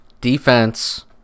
Defense